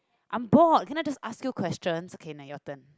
I'm bored can I ask you question okay now your turn